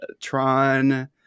Tron